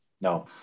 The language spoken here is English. no